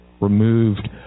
removed